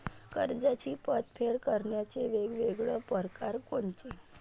कर्जाची परतफेड करण्याचे वेगवेगळ परकार कोनचे?